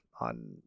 on